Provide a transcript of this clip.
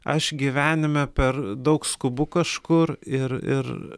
aš gyvenime per daug skubu kažkur ir ir